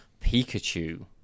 Pikachu